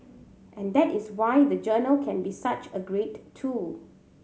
and that is why the journal can be such a great tool